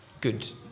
good